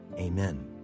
amen